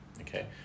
Okay